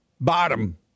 Bottom